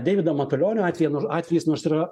deivido matulionio atveju na atvejis nors yra